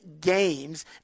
games